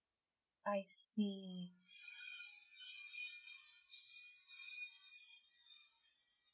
I see